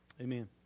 Amen